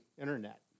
Internet